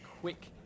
quick